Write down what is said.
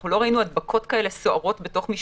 אנחנו לא ראינו הדבקות כאלה סוערות בתוך משפחות,